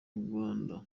rwanda